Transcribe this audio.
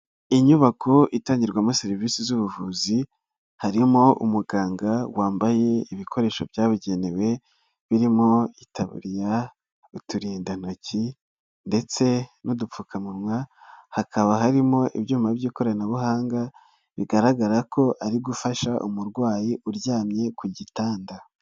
Inyubako itangirwamo serivisi z'ubuvuzi harimo umuganga wambaye ibikoresho byabugenewe, birimo itaburiya, uturindantoki ndetse n'udupfukamunwa, hakaba harimo ibyuma by'ikoranabuhanga bigaragara ko ari gufasha umurwayi uryamye ku gitanda.